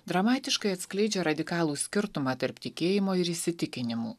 dramatiškai atskleidžia radikalų skirtumą tarp tikėjimo ir įsitikinimų